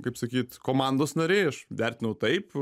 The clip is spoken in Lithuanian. kaip sakyt komandos nariai aš vertinu taip